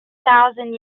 thousand